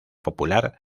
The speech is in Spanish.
popular